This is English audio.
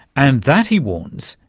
and that, he warns,